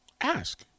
Ask